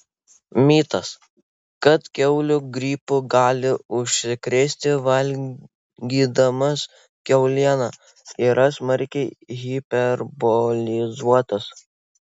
mitas kad kiaulių gripu gali užsikrėsti valgydamas kiaulieną yra smarkiai hiperbolizuotas